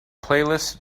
playlist